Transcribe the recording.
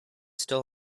still